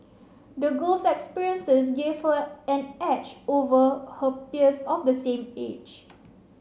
the girl's experiences gave her an edge over her peers of the same age